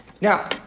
Now